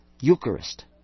Eucharist